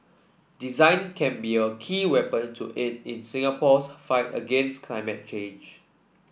design can be a key weapon to aid in Singapore's fight against climate change